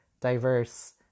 diverse